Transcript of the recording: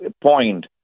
point